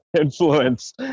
influence